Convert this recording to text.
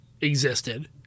existed